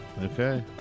Okay